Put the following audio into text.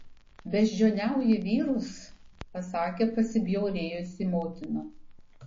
beždžioniauji vyrus pasakė pasibjaurėjusi motina